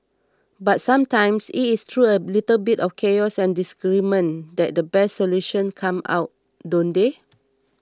but sometimes it is through a little bit of chaos and disagreement that the best solutions come about don't they